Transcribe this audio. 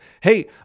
Hey